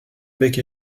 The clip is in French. bec